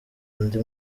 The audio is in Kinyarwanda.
undi